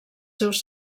seus